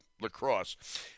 lacrosse